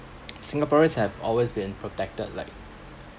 singaporeans have always been protected like